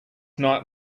night